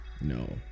no